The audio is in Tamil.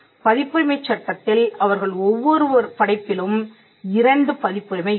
பதிப்புரிமை சட்டத்தில் அவர்களின் ஒவ்வொரு படைப்பிலும் இரண்டு பதிப்புரிமை இருக்கும்